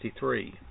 1963